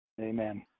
Amen